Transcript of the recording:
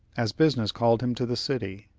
as business called him to the city.